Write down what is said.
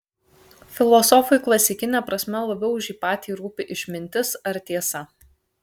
filosofui klasikine prasme labiau už jį patį rūpi išmintis ar tiesa